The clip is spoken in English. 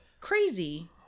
Crazy